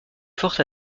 forte